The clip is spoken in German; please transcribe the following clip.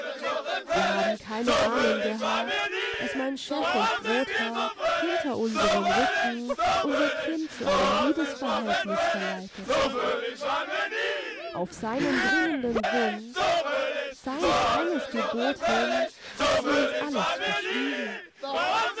wir haben keine ahnung gehabt daß mein chef und brotherr hinter unserem rücken unser kind zu einem liebesverhältnis verleitet hat auf seinen dringenden wunsch sein strenges gebot hin hat sie uns alles verschwiegen